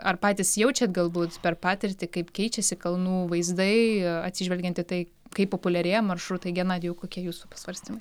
ar patys jaučiat galbūt per patirtį kaip keičiasi kalnų vaizdai atsižvelgiant į tai kaip populiarėja maršrutai genadijau kokie jūsų pasvarstymai